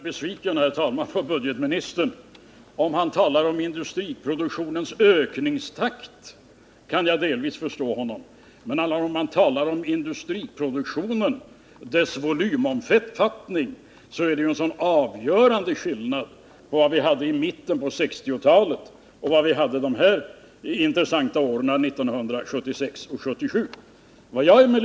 Herr talman! Nu är jag besviken på budgetoch ekonomiministern. Om han talar om industriproduktionens ökningstakt kan jag delvis förstå honom, men om han talar om industriproduktionens volym är det helt klart att det är en avgörande skillnad mellan vad som åstadkoms i mitten på 1960-talet och under de intressanta åren 1976 och 1977.